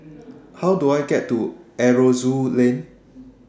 How Do I get to Aroozoo Lane